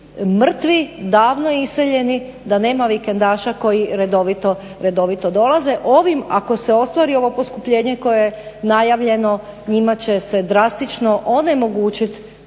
mrtvi davno iseljeni da nema vikendaša koji redovito dolaze ovim ako se ostvari ovo poskupljenje koje je najavljeno njima će se drastično onemogućit